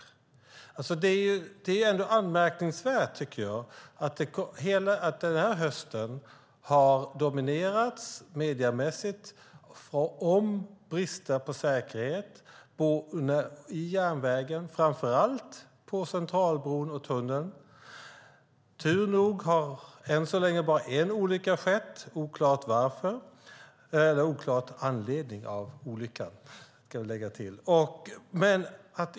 Jag tycker att det är anmärkningsvärt att den här hösten har dominerats mediemässigt av brister i säkerhet på järnvägen, framför allt på Centralbron och i tunneln i närheten. Som tur är har än så länge bara en olycka, där anledningen är oklar, skett.